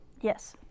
Yes